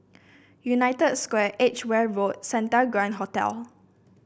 United Square Edgeware Road and Santa Grand Hotel